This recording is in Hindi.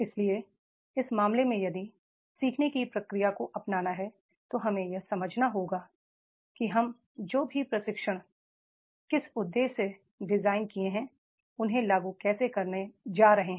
इसलिए इस मामले में यदि सीखने की प्रक्रिया को अपनाना है तो हमें यह समझना होगा कि हम जो भी प्रशिक्षण किस उद्देश्य से डिजाइन किए हैं उन्हें लागू कैसे करने जा रहे हैं